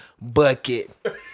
Bucket